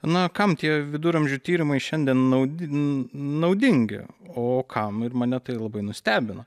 na kam tie viduramžių tyrimai šiandien naudi naudingi o kam ir mane tai labai nustebino